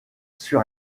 sur